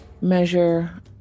measure